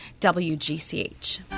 WGCH